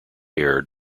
air